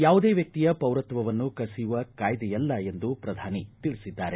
ಯಾವುದೇ ವ್ಯಕ್ತಿಯ ಪೌರತ್ವವನ್ನು ಕಸಿಯುವ ಕಾಯ್ದೆಯಲ್ಲ ಎಂದು ಪ್ರಧಾನಿ ತಿಳಿಸಿದ್ದಾರೆ